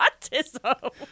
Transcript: autism